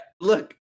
look